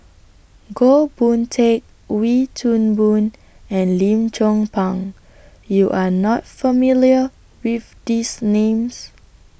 Goh Boon Teck Wee Toon Boon and Lim Chong Pang YOU Are not familiar with These Names